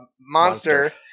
monster